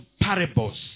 parables